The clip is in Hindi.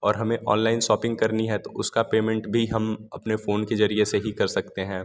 और हमें ऑनलाइन शौपिंग करनी है तो उसका पेमेंट भी हम अपने फ़ोन के जरिये से ही हम कर सकते हैं